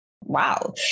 wow